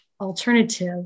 alternative